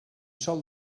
sol